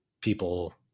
people